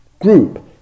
group